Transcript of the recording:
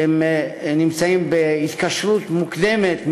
שנמצאים בהתקשרות מוקדמת,